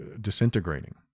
disintegrating